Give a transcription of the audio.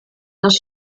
das